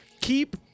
Keep